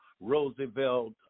Roosevelt